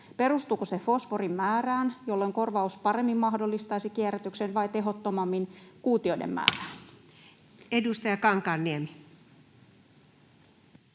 Perustuuko se fosforin määrään, jolloin korvaus paremmin mahdollistaisi kierrätyksen, vai tehottomammin kuutioiden määrään? [Speech